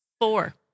four